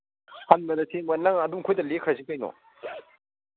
ꯍꯟꯕꯗ ꯊꯦꯡꯕ ꯅꯪ ꯑꯗꯨꯝ ꯑꯩꯈꯣꯏꯗ ꯂꯦꯛꯈ꯭ꯔꯁꯤ ꯀꯩꯅꯣ